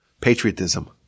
Patriotism